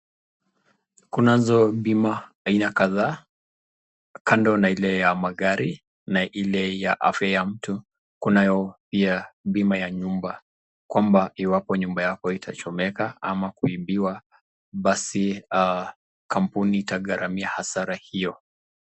Kunazo bima aina kadhaa, kando na ile ya magari na ile ya afya ya mtu kunayo bima ya nyumba. Kwamba iwapo nyumba yako itachomeka ama kuibiwa basi kampuni itagharamia hasaa hiyo.